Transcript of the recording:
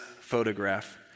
photograph